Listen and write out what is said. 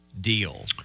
deal